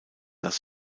las